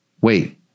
Wait